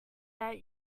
that